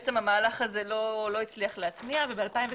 המהלך הזה לא הצליח להטמיע וב-2018